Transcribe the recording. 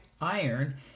iron